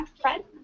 Fred